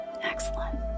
Excellent